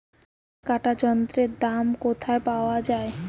ধান কাটার যন্ত্রের দাম কোথায় পাওয়া যায়?